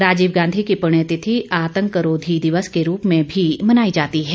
राजीव गांधी की पुण्यतिथि आतंक रोधी दिवस के रूप में भी मनाई जाती है